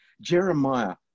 Jeremiah